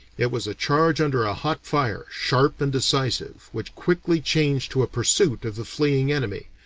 it was a charge under a hot fire, sharp and decisive, which quickly changed to a pursuit of the fleeing enemy,